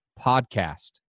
PODCAST